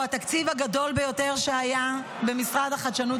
והוא התקציב הגדול ביותר שהיה במשרד החדשנות,